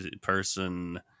person